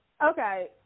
Okay